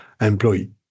employee